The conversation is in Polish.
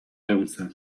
ręce